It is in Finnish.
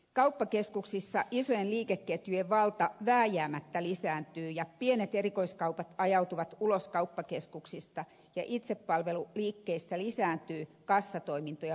kauppakeskuksissa isojen liikeketjujen valta vääjäämättä lisääntyy ja pienet erikoiskaupat ajautuvat ulos kauppakeskuksista ja itsepalvelu liikkeissä lisääntyy kassatoimintoja myöten